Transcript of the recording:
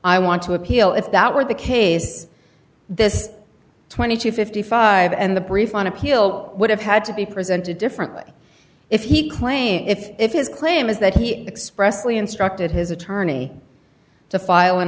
i want to appeal if that were the case this twenty to fifty five and the briefs on appeal would have had to be presented differently if he claimed if if his claim is that he expressed we instructed his attorney to file an